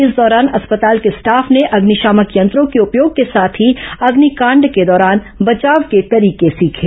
इस दौरान अस्पताल के स्टाफ ने अग्निशामक यंत्रों के उपयोग के साथ ही अग्निकांड के दौरान बचाव के तरीके सीखे